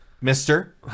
mister